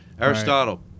Aristotle